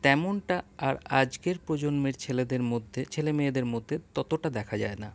তেমনটা আর আজকের প্রজন্মের ছেলেদের মধ্যে ছেলেমেয়েদের মধ্যে ততটা দেখা যায় না